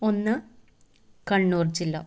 ഒന്ന് കണ്ണൂർ ജില്ല